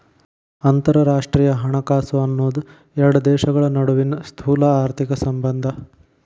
ಅಂತರರಾಷ್ಟ್ರೇಯ ಹಣಕಾಸು ಅನ್ನೋದ್ ಎರಡು ದೇಶಗಳ ನಡುವಿನ್ ಸ್ಥೂಲಆರ್ಥಿಕ ಸಂಬಂಧ